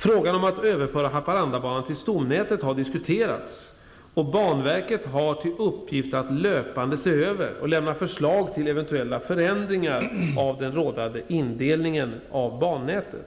Frågan om att överföra Haparandabanan till stomnätet har diskuterats, och banverket har till uppgift att löpande se över och lämna förslag till eventuella förändringar av den rådande indelningen av bannätet.